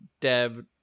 Deb